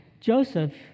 Joseph